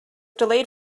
delayed